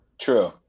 True